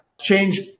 change